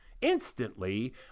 Instantly